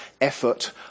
effort